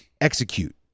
execute